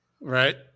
Right